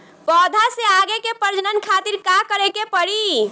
पौधा से आगे के प्रजनन खातिर का करे के पड़ी?